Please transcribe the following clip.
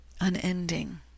unending